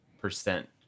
percent